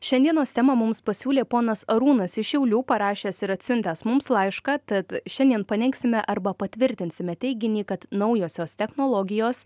šiandienos temą mums pasiūlė ponas arūnas iš šiaulių parašęs ir atsiuntęs mums laišką tad šiandien paneigsime arba patvirtinsime teiginį kad naujosios technologijos